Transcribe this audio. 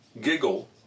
giggle